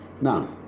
Now